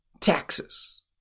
taxes